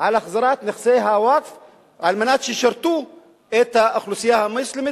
על החזרת נכסי הווקף על מנת שישרתו את האוכלוסייה המוסלמית,